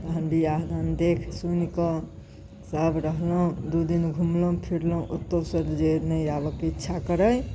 तहन बिआहदान देखि सुनिकऽ सब रहलहुँ दुइ दिन घुमलहुँ फिरलहुँ ओतऽसँ जे नहि आबऽके इच्छा करै